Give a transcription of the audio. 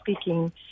speaking